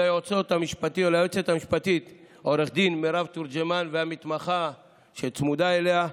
ליועצת המשפטית עו"ד מירב תורג'מן והמתמחה שצמודה אליה.